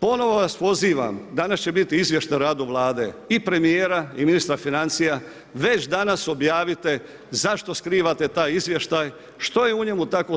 Ponovno vas pozivam, danas će biti izvještaj o radu Vlade i premijera i ministra financija, već danas objavite zašto skrivate taj izvještaj, što je u njemu tako